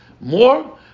more